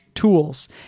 tools